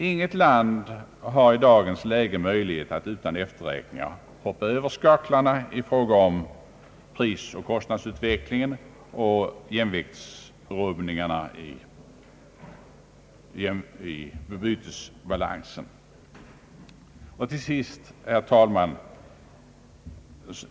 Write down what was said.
Inget land har i dagens läge möjligheter att utan efterräkningar hoppa över skaklarna i fråga om prisoch kostnadsutvecklingen eller orsaka jämviktsrubbningar i bytesbalansen. Till sist, herr talman!